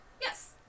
Yes